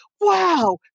wow